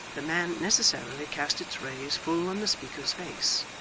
the man necessarily cast its rays full on the speaker's face.